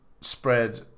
spread